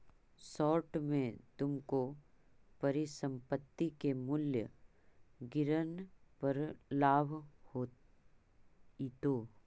short में तुमको परिसंपत्ति के मूल्य गिरन पर लाभ होईतो